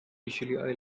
usually